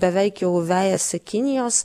beveik jau vejasi kinijos